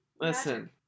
Listen